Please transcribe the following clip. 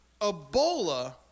Ebola